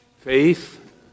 Faith